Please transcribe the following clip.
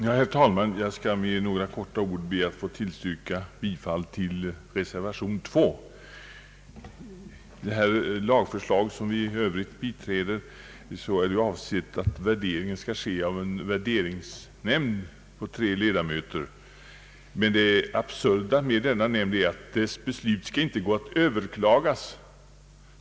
Herr talman! Jag skall be att få yrka bifall till reservation II. Enligt lagförslaget, som jag i övrigt biträder, skall värderingen ske genom en värderingsnämnd på tre ledamöter. Det absurda med denna nämnd är att det inte skall gå att överklaga dess beslut.